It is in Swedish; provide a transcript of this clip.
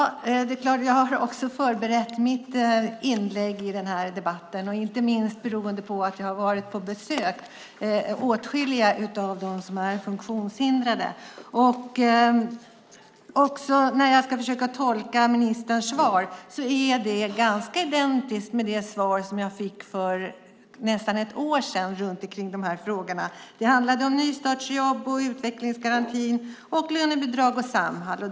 Fru talman! Ja, jag har också förberett mitt inlägg i den här debatten, inte minst beroende på att jag har besökt åtskilliga av dem som är funktionshindrade. När jag ska försöka tolka ministerns svar finner jag att det är ganska identiskt med det svar som jag fick för nästan ett år sedan runt de här frågorna. Det handlade om nystartsjobb och utvecklingsgarantin och lönebidrag och Samhall.